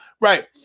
Right